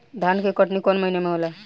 धान के कटनी कौन महीना में होला?